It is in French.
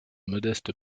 modeste